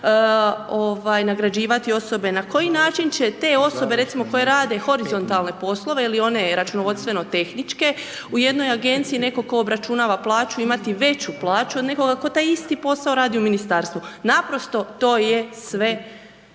nagrađivati osobe, na koji način će te osobe, recimo, koje rade horizontalne poslove, ili one računovodstveno-tehničke, u jednoj agenciji neko tko obračunava plaću, imati veću plaću od nekoga tko taj isti posao radi u ministarstvu. Naprosto, to je sve